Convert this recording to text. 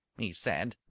he said.